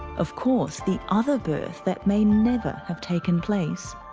of course, the other birth that may never have taken place